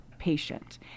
patient